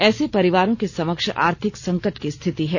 ऐसे परिवारों के समक्ष आर्थिक संकट की स्थिति है